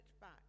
back